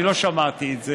אני לא שמעתי את זה,